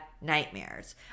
nightmares